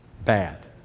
bad